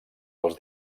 dels